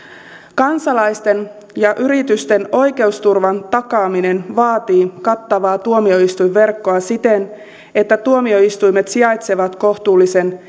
kansalaisten ja yritysten oikeusturvan takaaminen vaatii kattavaa tuomioistuinverkkoa siten että tuomioistuimet sijaitsevat kohtuullisen